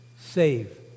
Save